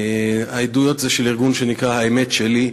העדויות הן של ארגון שנקרא "האמת שלי".